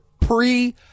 pre